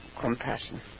compassion